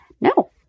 No